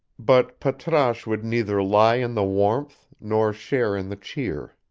but patrasche would neither lie in the warmth nor share in the cheer.